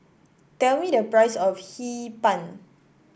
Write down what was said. tell me the price of Hee Pan